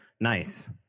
nice